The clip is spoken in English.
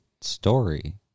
story